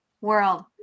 world